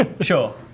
Sure